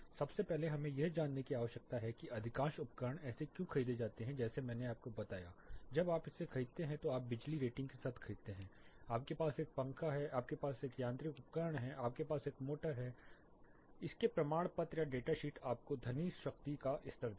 सबसे पहले हमें यह जानने की आवश्यकता है कि अधिकांश उपकरण ऐसे क्यों खरीदे जाते हैं जैसे मैंने आपको बताया था जब आप इसे खरीदते हैं तो आप इसे बिजली रेटिंग के साथ खरीदते हैं आपके पास एक पंखा है आपके पास एक यांत्रिक उपकरण है आपके पास एक मोटर है जो आपके पास है इसके प्रमाण पत्र या डेटा शीट आपको ध्वनि शक्ति का स्तर देगा